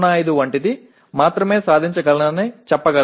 05 వంటిది మాత్రమే సాధించగలనని చెప్పగలను